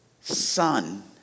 son